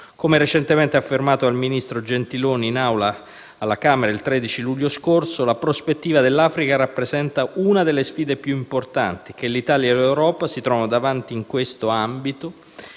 Come affermato dal ministro Gentiloni alla Camera dei deputati il 13 luglio scorso, la prospettiva dell'Africa rappresenta una delle sfide più importanti che l'Italia e l'Europa si trovano davanti. In questo ambito,